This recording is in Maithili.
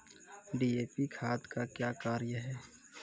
डी.ए.पी खाद का क्या कार्य हैं?